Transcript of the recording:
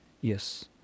Yes